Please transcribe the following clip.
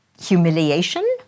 humiliation